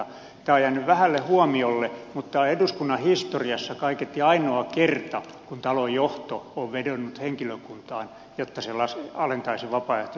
tämä on jäänyt vähälle huomiolle mutta tämä on eduskunnan historiassa kaiketi ainoa kerta kun talon johto on vedonnut henkilökuntaan jotta se alentaisi vapaaehtoisesti palkkojaan